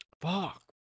Fuck